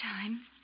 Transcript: time